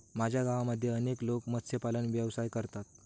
माझ्या गावामध्ये अनेक लोक मत्स्यपालन व्यवसाय करतात